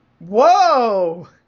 Whoa